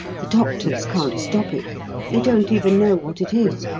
the doctors can't stop it they don't even know what it is.